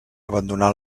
abandonà